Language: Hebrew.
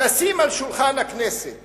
לשים על שולחן הכנסת